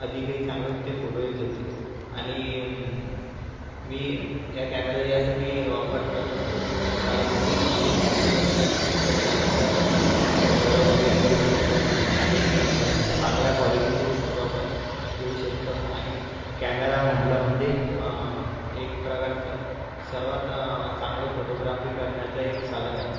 अधिकही चांगले ते फोटो येत होते आणि मी ह्या कॅमेरा यासाठी वापर करत असतो कारण की जे फोटोस असतात तर त्यामध्ये आपण ब्लर वगैरे करू शकतो आणि चांगल्या कॉलिटीचेही फोटो आपण घेऊ शकतो आणि कॅमेरा म्हटलं म्हणजे एक प्रकारचा सर्वात चांगले फोटोग्राफी करण्याचा एक साधन आहे